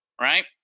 right